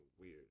weird